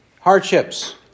hardships